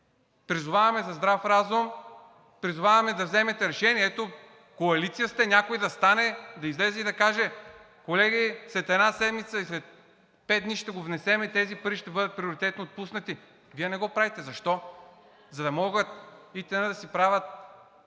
Призоваваме за здрав разум, призоваваме да вземете решението. Коалиция сте, някой да стане, да излезе и да каже: „Колеги, след една седмица или след пет дни ще го внесем и тези пари ще бъдат приоритетно отпуснати.“ Вие не го правите. Защо? За да могат ИТН да си правят